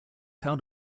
held